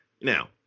Now